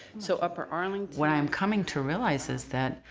so upper arlington. what i am coming to realize is that,